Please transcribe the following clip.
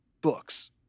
books